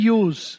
use